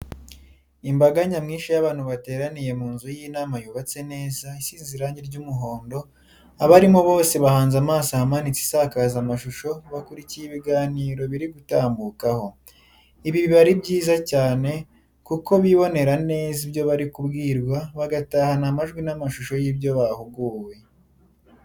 Imbaga nyamwishi y'abantu batereniye mu inzu y'inama yubatse neza, isize irangi ry'umuhondo, abarimo bose bahanze amaso ahamanitse isakazamashusho bakurikiye ibiganiro birigutambukaho. Ibi biba ari byiza cyane kuko bibonera neza ibyo barikubwirwa bagatahana amajwi n'amashusho by'ibyo bahuguwe.